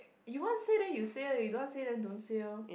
you want say then you say ah you don't way say then don't say orh